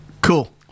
Cool